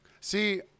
see